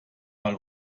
mal